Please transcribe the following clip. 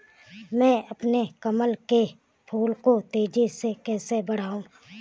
मैं अपने कमल के फूल को तेजी से कैसे बढाऊं?